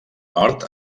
nord